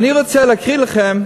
ואני רוצה להקריא לכם